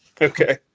Okay